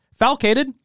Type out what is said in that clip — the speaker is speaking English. Falcated